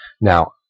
Now